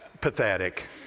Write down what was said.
pathetic